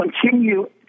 continue